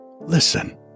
Listen